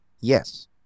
yes